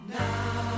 now